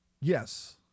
Yes